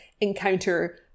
encounter